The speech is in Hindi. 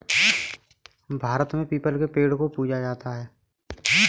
भारत में पीपल के पेड़ को पूजा जाता है